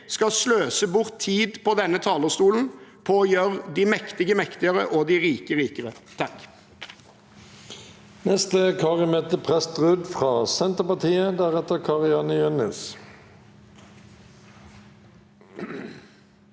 skal sløse bort tid på denne talerstolen på å gjøre de mektige mektigere og de rike rikere.